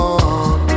on